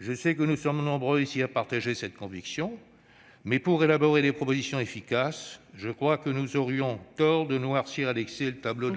Je sais que nous sommes nombreux ici à partager cette conviction. Toutefois, pour élaborer des propositions efficaces, nous aurions tort de noircir à l'excès le tableau.